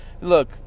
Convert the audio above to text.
Look